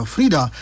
Frida